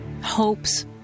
hopes